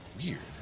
here